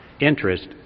interest